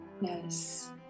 yes